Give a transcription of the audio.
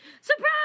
Surprise